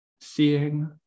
seeing